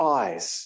eyes